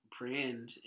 brand